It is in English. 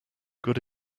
good